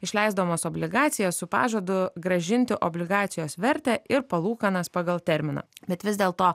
išleisdamos obligacijas su pažadu grąžinti obligacijos vertę ir palūkanas pagal terminą bet vis dėlto